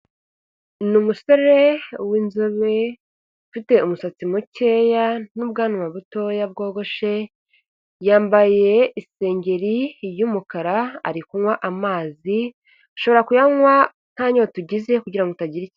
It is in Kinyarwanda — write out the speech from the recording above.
Ni umusore w'inzobe ufite umusatsi mukeya n'ubwanwa butoya bwogoshe, yambaye isengeri y'umukara ari kunywa amazi. Ushobora kuyanywa nta nyota ugize kugirango utagira ikio.